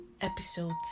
episode